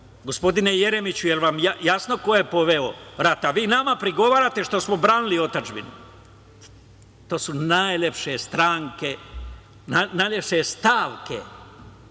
Gospodine Jeremiću, jel vam jasno ko je poveo rat, a vi nama prigovarate što smo branili otadžbinu. To su najlepše stavke u našim